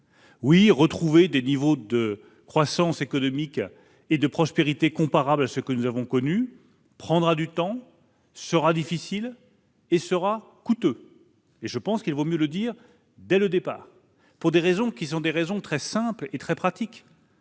1929. Retrouver des niveaux de croissance économique et de prospérité comparables à ceux que nous avons connus prendra du temps, sera difficile et coûteux. Il vaut mieux le dire dès le départ. Les raisons en sont très simples et très pratiques.